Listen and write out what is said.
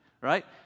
right